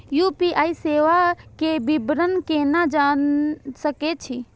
UPI सेवा के विवरण केना जान सके छी?